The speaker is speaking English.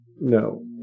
No